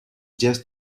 just